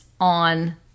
on